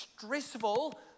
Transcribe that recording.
stressful